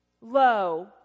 low